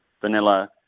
vanilla